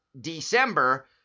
December